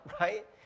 right